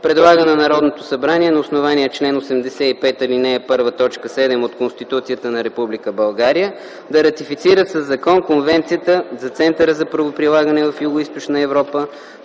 Предлага на Народното събрание на основание чл. 85, ал. 1, т. 7 от Конституцията на Република България да ратифицира със закон Конвенцията за Центъра за правоприлагане в Югоизточна Европа,